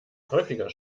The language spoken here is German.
häufiger